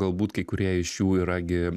galbūt kai kurie iš jų yra gi